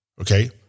okay